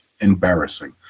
embarrassing